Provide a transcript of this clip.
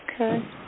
okay